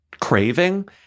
craving